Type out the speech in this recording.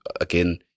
again